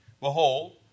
Behold